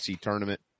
tournament